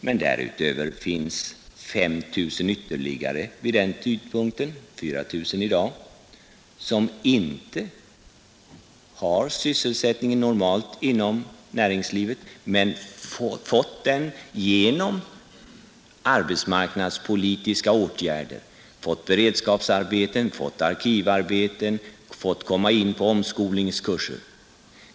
Men därutöver finns vid den tidpunkten ytterligare 5 000 — det är 4 000 i dag — som inte har sysselsättning normalt inom näringslivet men som fått sysselsättning genom arbetsmarknadspolitiska åtgärder, fått beredskapsarbeten, fått arkivarbeten, fått komma in på omskolningskurser.